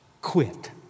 quit